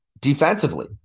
defensively